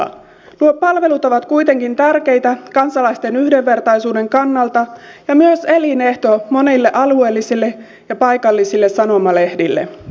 nuo palvelut ovat kuitenkin tärkeitä kansalaisten yhdenvertaisuuden kannalta ja myös elinehto monille alueellisille ja paikallisille sanomalehdille